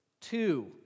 two